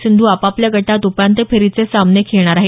सिंधू आपापल्या गटात उपांत्य फेरीचे सामने खेळणार आहेत